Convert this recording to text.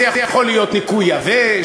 זה יכול להיות ניקוי יבש,